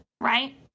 Right